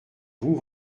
vous